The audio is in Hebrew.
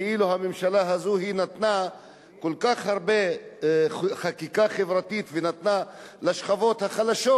כאילו הממשלה הזאת נתנה כל כך הרבה חקיקה חברתית ונתנה לשכבות החלשות,